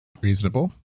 reasonable